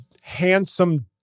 handsome